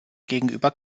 gegenüber